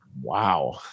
Wow